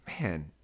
Man